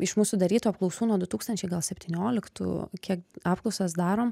iš mūsų darytų apklausų nuo du tūkstančiai gal septynioliktų kiek apklausas darom